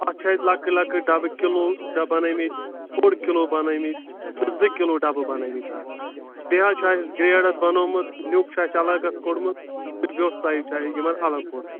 اَتھ چھِ اَسہِ لَکٕٹۍ لَکٕٹۍ ڈَبہٕ کِلوٗ ڈَبہٕ بَنٲیمِتۍ اۄڑ کِلوٗ بَنٲیمِتۍ زٕ کِلوٗ ڈَبہٕ بَنٲیمِتۍ حظ بیٚیہِ حظ چھُ اَسہِ گرٛیڈ اَتھ بَنومُت نیُٚک چھُ اَسہِ الگ اَتھ کوٚڑمُت تہٕ ویوٚٹھ سایِز چھِ اَسہِ یِمَن الگ کوٚڑمُت